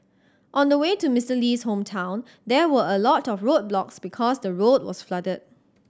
on the way to Mister Lee's hometown there were a lot of roadblocks because the road was flooded